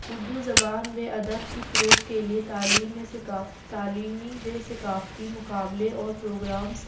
اردو زبان میں ادب کے فروغ کے لیے تعلیم ثقافتی تعلیمی و ثقافتی مقابلے اور پروگرامس